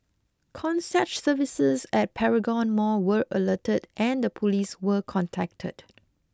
concierge services at Paragon mall were alerted and the police were contacted